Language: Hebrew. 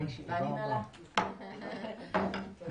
הישיבה ננעלה בשעה 14:45.